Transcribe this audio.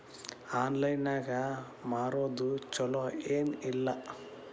Online ನಾಗ್ ಮಾರೋದು ಛಲೋ ಏನ್ ಇಲ್ಲ?